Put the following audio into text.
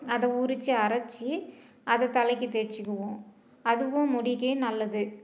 அதை உரித்து அரைச்சி அதை தலைக்கு தேய்ச்சிக்குவோம் அதுவும் முடிக்கு நல்லது